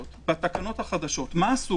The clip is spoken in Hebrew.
בתקנות החדשות מה עשו